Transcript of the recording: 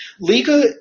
Liga